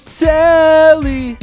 telly